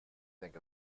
think